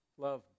Love